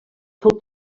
fou